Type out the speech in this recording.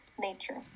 nature